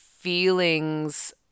feelings